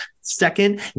second